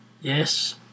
yes